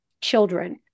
children